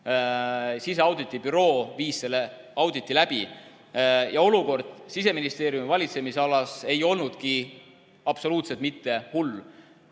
Siseauditibüroo viis selle auditi läbi ja olukord Siseministeeriumi valitsemisalas ei olnudki nii hull.